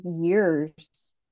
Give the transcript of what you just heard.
years